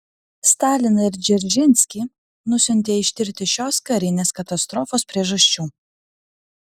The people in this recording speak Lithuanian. staliną ir dzeržinskį nusiuntė ištirti šios karinės katastrofos priežasčių